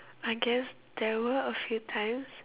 I guess there were a few times